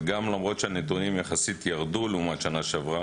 אבל למרות שהנתונים יחסית ירדו לעומת שנה שעברה,